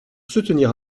soutenir